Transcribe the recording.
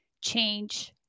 change